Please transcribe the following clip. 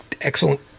excellent